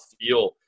feel